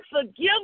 forgive